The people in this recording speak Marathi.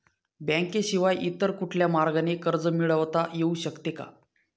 बँकेशिवाय इतर कुठल्या मार्गाने कर्ज मिळविता येऊ शकते का?